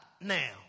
now